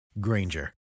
Granger